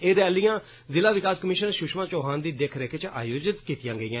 एह रैलियां जिला विकास कमीश्नर सुषमा चौहान दी दिक्ख रिक्ख च आयोजित कीतियां गेइयां